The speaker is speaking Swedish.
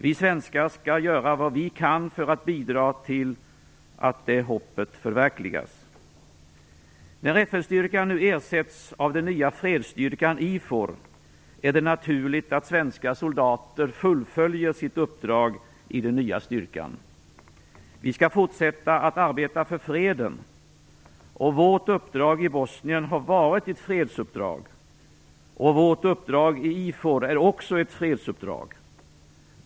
Vi svenskar skall göra vad vi kan för att bidra till att det hoppet förverkligas. När FN-styrkan nu ersätts av den nya fredsstyrkan IFOR är det naturligt att svenska soldater fullföljer sitt uppdrag i den nya styrkan. Vi skall fortsätta att arbeta för freden. Vårt uppdrag i Bosnien har varit ett fredsuppdrag, och vårt uppdrag i IFOR är också ett fredsuppdrag.